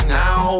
now